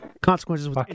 Consequences